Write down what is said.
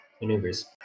maneuvers